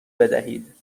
بدهید